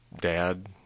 dad